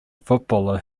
footballer